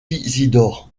isidore